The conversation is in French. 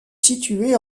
située